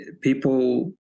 People